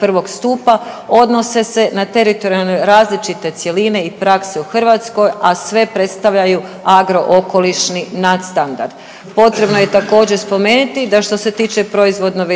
prvog stupa, odnose na teritorijalno različite cjeline i prakse u Hrvatskoj, a sve predstavljaju agro okolišni nad standard. Potrebno je također spomenuti da što se tiče proizvodno vezanih